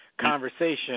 conversation